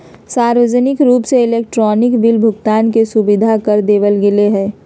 सार्वजनिक रूप से इलेक्ट्रॉनिक बिल भुगतान के सुविधा कर देवल गैले है